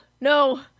no